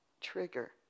trigger